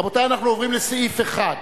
רבותי, אנחנו עוברים לסעיף 1 לחוק.